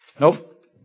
Nope